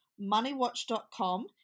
moneywatch.com